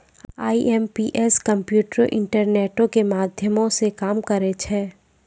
IMPS कम्प्यूटरो, इंटरनेटो के माध्यमो से काम करै छै